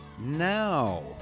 now